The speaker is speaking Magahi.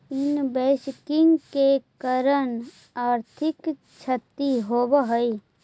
इन्वेस्टिंग के कारण आर्थिक क्षति होवऽ हई